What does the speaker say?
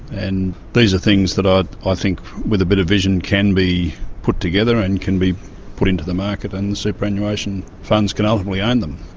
and these are things that i ah think with a bit of vision can be put together and can be put into the market and superannuation funds can ultimately own them.